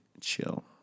chill